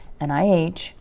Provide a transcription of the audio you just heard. NIH